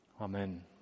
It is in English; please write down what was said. Amen